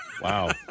Wow